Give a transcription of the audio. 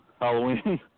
Halloween